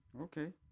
Okay